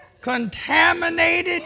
contaminated